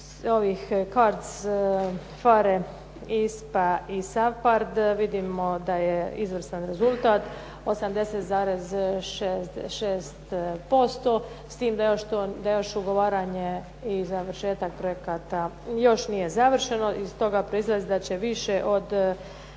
ovih CARDS, PHARE, ISPA i SAPARD, vidimo da je izvrstan rezultat. 80,6% s tim da je još ugovaranje i završetak projekata još nije završeno. I iz toga proizlazi da će više od